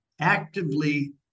Actively